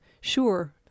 sure